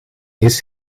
eerst